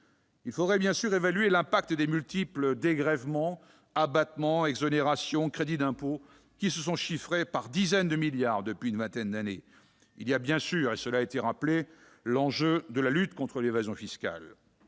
Il faudrait bien sûr évaluer l'impact des multiples dégrèvements, abattements, exonérations et autres crédits d'impôt, qui se sont chiffrés en dizaines de milliards d'euros depuis une vingtaine d'années. Il y a aussi bien sûr l'enjeu de la lutte contre l'évasion fiscale.